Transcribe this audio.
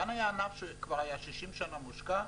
כאן היה ענף שכבר היה שישים שנה מושקע,